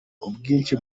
ubwinshi